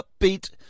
upbeat